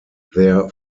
their